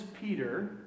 Peter